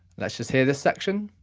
let's just hear this section.